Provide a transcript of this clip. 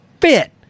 fit